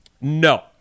No